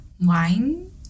wine